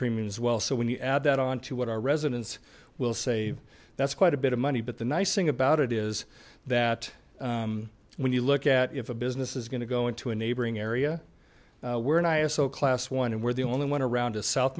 premium as well so when you add that on to what our residents will say that's quite a bit of money but the nice thing about it is that when you look at if a business is going to go into a neighboring area were and i a so classy one and we're the only one around south